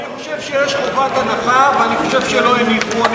אני חושב שיש חובת הנחה ואני חושב שלא הניחו.